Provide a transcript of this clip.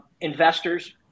investors